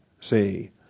See